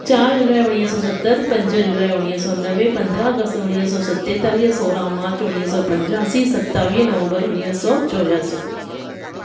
चारि जुलाई उणिवीह सौ सतरि पंज जुलाई उणिवीह सौ नवे पंद्राहं अगस्त उणिवीह सौ सतेतालीह सोरहं मार्च उणिवीह सौ पंजासी सतावीह नवंबर उणिवीह सौ चोरासी